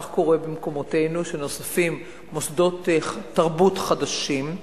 כך קורה במקומותינו, שנוספים מוסדות תרבות חדשים.